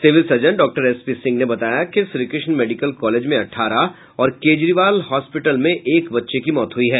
civil surgeon Dr S P Singh ने बताया कि श्रीकृष्ण मेडिकल कॉलेज में अठारह और केजरीवाल हॉस्पिटल में एक बच्चे की मौत हुई है